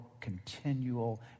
continual